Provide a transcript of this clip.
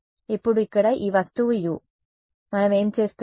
ఇప్పుడు ఇక్కడ ఈ వస్తువు U మనం ఏమి చేస్తున్నాం